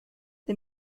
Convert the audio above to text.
the